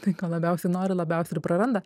tai ko labiausiai nori labiausiai ir praranda